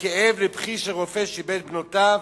לכאב ולבכי של רופא שאיבד את בנותיו,